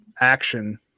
action